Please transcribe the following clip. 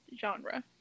genre